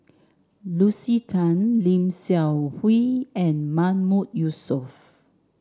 Lucy Tan Lim Seok Hui and Mahmood Yusof